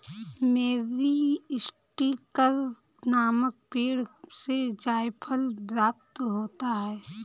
मीरीस्टिकर नामक पेड़ से जायफल प्राप्त होता है